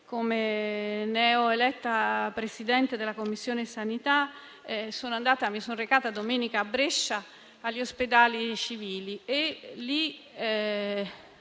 come neoeletta presidente della Commissione sanità, mi sono recata domenica a Brescia agli Spedali civili